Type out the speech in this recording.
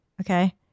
okay